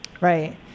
Right